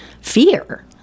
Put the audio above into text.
fear